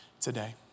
today